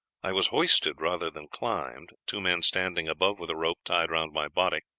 i was hoisted rather than climbed, two men standing above with a rope, tied round my body,